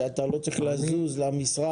שאתה לא צריך לזוז למשרד,